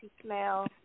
smell